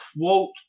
quote